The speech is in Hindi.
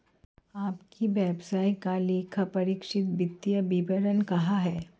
आपके व्यवसाय का लेखापरीक्षित वित्तीय विवरण कहाँ है?